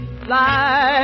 fly